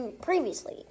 previously